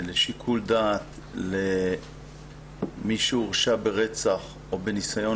לשיקול דעת למי שהורשע ברצח או בניסיון